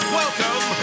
welcome